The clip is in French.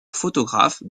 photographes